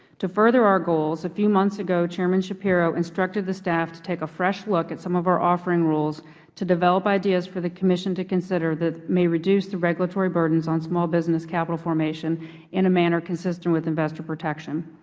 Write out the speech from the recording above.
to further our goals a few months ago chairman schapiro instructed the staff to take a fresh look at some of our offering rules to develop ideas for the commission to consider that may reduce the regulatory burdens on small business capital formation in a manner consistent with investor protection.